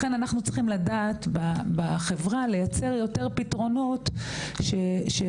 לכן אנחנו צריכים לדעת בחברה לייצר יותר פתרונות שיתאימו